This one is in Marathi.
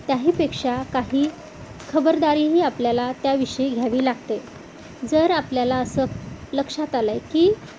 त्याहीपेक्षा काही खबरदारीही आपल्याला त्याविषयी घ्यावी लागते जर आपल्याला असं लक्षात आलं आहे की